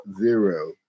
Zero